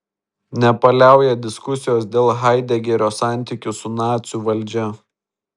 nepaliauja diskusijos dėl haidegerio santykių su nacių valdžia